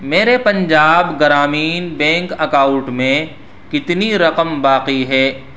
میرے Punjab Gramin bank account میں کتنی رقم باقی ہے